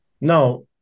Now